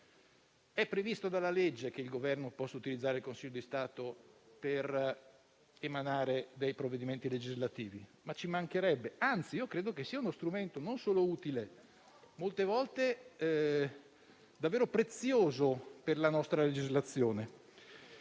È previsto dalla legge che il Governo possa utilizzare il Consiglio di Stato per emanare provvedimenti legislativi, ci mancherebbe; anzi, io credo che sia uno strumento non solo utile, ma molte volte è stato davvero prezioso per la nostra legislazione.